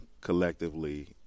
collectively